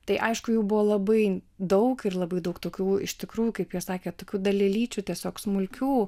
tai aišku jų buvo labai daug ir labai daug tokių iš tikrųjų kaip jie sakė tokių dalelyčių tiesiog smulkių